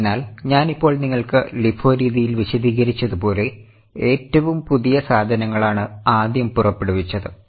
അതിനാൽ ഞാൻ ഇപ്പോൾ നിങ്ങൾക്ക് LIFO രീതിയിൽ വിശദീകരിച്ചതുപോലെ ഏറ്റവും പുതിയ സാധനങ്ങളാണ് ആദ്യം പുറപ്പെടുവിച്ചത്